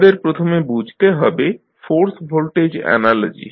আমাদের প্রথমে বুঝতে হবে ফোর্স ভোল্টেজ অ্যানালজি